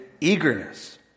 eagerness